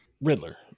Riddler